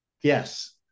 Yes